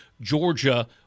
Georgia